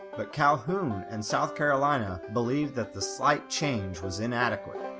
but calhoun and south carolina believed that the slight change was inadequate.